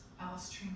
Alice